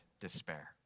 despair